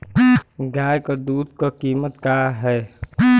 गाय क दूध क कीमत का हैं?